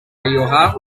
ahorrad